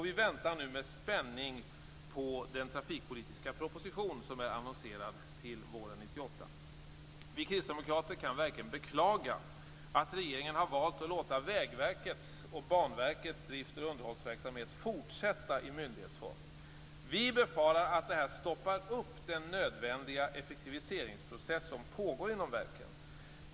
Vi väntar nu med spänning på den trafikpolitiska proposition som är annonserad till våren 1998. Vi kristdemokrater kan verkligen beklaga att regeringen har valt att låta Vägverkets och Banverkets drifts och underhållsverksamhet fortsätta i myndighetsform. Vi befarar att detta stoppar upp den nödvändiga effektiviseringsprocess som pågår inom verken.